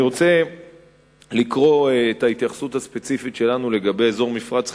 אני רוצה לקרוא את ההתייחסות הספציפית שלנו לגבי אזור מפרץ חיפה,